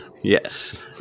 Yes